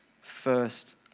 first